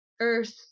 Earth